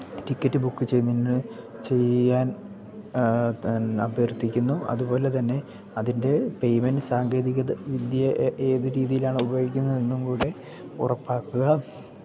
ticket book ചെയ്യുന്നതിന് ചെയ്യാൻ അഭ്യർത്ഥിക്കുന്നു അതുപോലെ തന്നെ അതിൻ്റെ പേയ്മെന്റ് സാങ്കേതികത വിദ്യ ഏത് രീതിയിലാണ് ഉപയോഗിക്കുന്നതെന്നും കൂടെ ഉറപ്പാക്കുക